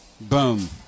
Boom